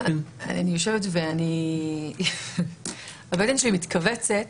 אני יושבת והבטן שלי מתכווצת,